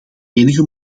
enige